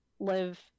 live